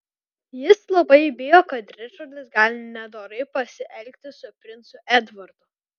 jis labai bijo kad ričardas gali nedorai pasielgti su princu edvardu